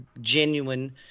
genuine